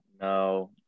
No